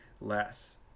less